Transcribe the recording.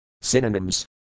Synonyms